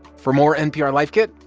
for more npr life kit,